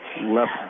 left